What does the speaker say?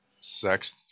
Sex